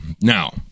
Now